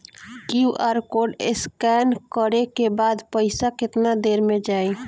QR code scan न करे क बाद पइसा केतना देर म जाई?